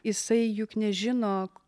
jisai juk nežino